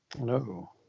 No